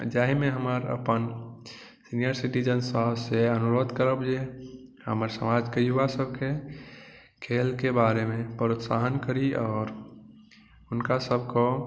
जाहिमे हमर अपन सीनियर सिटीजन सब से अनुरोध करब जे हमर समाजके युवा सबके खेलके बारेमे प्रोत्साहन करी आओर हुनका सबक